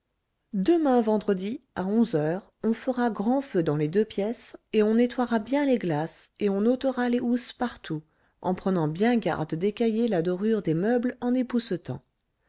demain vendredi à onze heures on fera grand feu dans les deux pièces et on nettoiera bien les glaces et on ôtera les housses partout en prenant bien garde d'écailler la dorure des meubles en